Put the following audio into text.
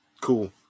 Cool